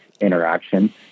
interaction